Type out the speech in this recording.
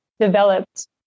developed